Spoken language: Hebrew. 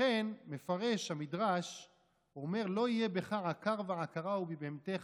לכן מפרש המדרש ואומר: "לא יהיה בך עקר ועקרה ובבהמתך".